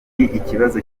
ikibazo